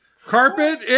Carpet